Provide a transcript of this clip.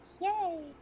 Yay